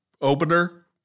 opener